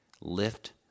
lift